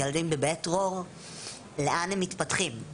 ילדים בבית דרור - לאן הם מתפתחים?